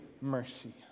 mercy